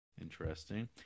Interesting